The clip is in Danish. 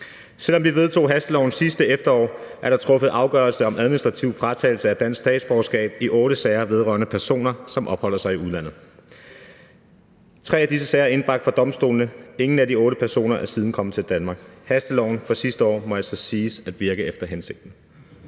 Siden vi vedtog hasteloven sidste efterår, er der truffet afgørelser om administrativ fratagelse af dansk statsborgerskab i otte sager vedrørende personer, som opholder sig i udlandet. Tre af disse sager er indbragt for domstolene, og ingen af de otte personer er siden kommet til Danmark. Hasteloven fra sidste år må altså siges at virke efter hensigten.